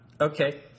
okay